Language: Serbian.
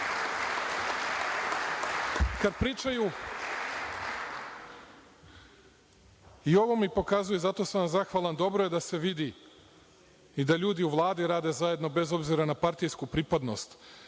kad pričaju i ovo mi pokazuju, i zato sam vam zahvalan, dobro je da se vidi i da ljudi u Vladi rade zajedno, bez obzira na partijsku pripadnost,